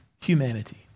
humanity